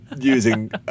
using